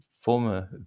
former